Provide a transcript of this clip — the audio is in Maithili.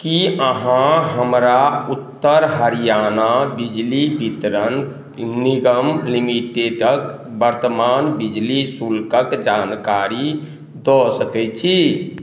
कि अहाँ हमरा उत्तर हरियाणा बिजली वितरण निगम लिमिटेडके वर्तमान बिजली शुल्कके जानकारी दऽ सकै छी